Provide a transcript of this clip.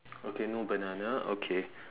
okay no banana okay